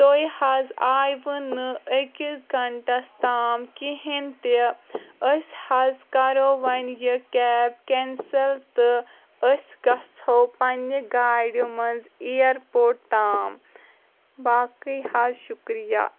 تُہۍ حظ آیوٕ نہٕ أکِس گَنٛٹَس تام کِہِنۍ تہِ أسۍ حظ کَرو وۄنۍ یہِ کیب کیٚنسل تہٕ أسۍ گَژھو پَنٛنہِ گاڑِ منٛز اییرپوٹ تام باقٕے حظ شُکرِیا